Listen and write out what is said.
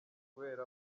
kubera